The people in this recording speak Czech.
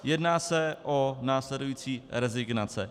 Jedná se o následující rezignace.